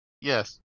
Yes